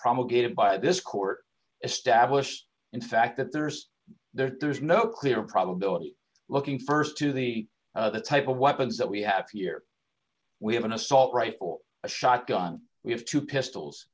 promulgated by this court established in fact that there's there's no clear probability looking st to the type of weapons that we have here we have an assault rifle a shotgun we have two pistols